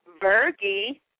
Virgie